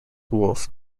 wolfe